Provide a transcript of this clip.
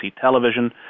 television